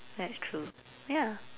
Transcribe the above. that's true ya